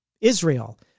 Israel